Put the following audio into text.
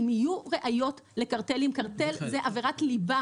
אם יהיו ראיות לקרטלים קרטל זה עבירת ליבה